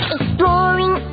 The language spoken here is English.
Exploring